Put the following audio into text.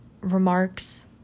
remarks